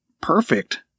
Perfect